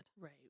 Right